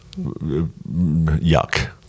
yuck